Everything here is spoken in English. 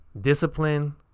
Discipline